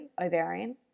ovarian